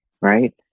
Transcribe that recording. right